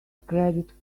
credit